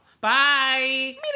Bye